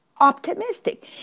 Optimistic